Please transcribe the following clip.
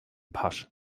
pasch